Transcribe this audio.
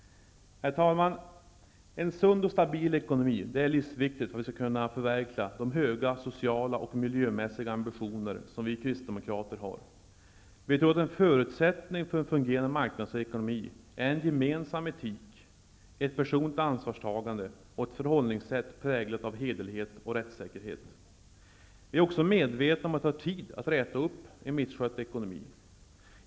Herr talman! En sund och stabil ekonomi är livsviktigt för att vi skall kunna förverkliga de höga sociala och miljömässiga ambitioner som vi kristdemokrater har. Vi tror att en förutsättning för en fungerande marknadsekonomi är en gemensam etik, ett personligt ansvarstagande och ett förhållningssätt präglat av hederlighet och rättssäkerhet. Vi är också medvetna om att det tar tid att räta upp en misskött ekonomi.